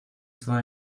zwar